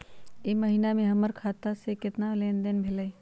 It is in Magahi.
ई महीना में हमर खाता से केतना लेनदेन भेलइ?